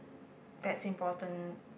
that's important